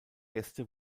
gäste